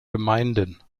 gemeinden